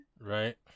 right